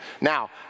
Now